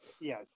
Yes